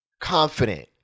confident